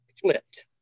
flipped